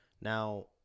Now